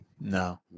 No